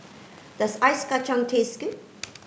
does ice Kacang taste good